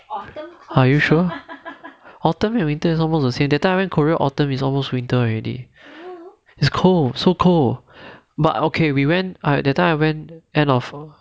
are you sure autumn and winter is almost the same that time I went korea autumn is almost winter already is cold so cold but okay we went I that time I went end of